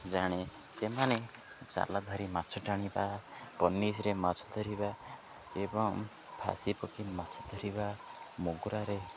ଜାଣେ ସେମାନେ ଜାଲ ଧରି ମାଛ ଟାଣିବା ପନିକିରେ ମାଛ ଧରିବା ଏବଂ ଫାସି ପକୀ ମାଛ ଧରିବା ମୋଗୁରାରେ